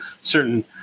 certain